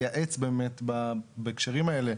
לייעץ בהקשרים האלה.